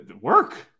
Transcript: Work